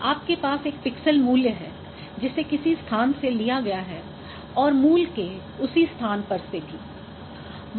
आपके पास एक पिक्सेल मूल्य है जिसे किसी स्थान से लिया गया है और मूल के उसी स्थान पर से भी